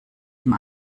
dem